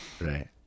Right